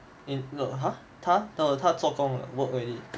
in no !huh! 他做工 work already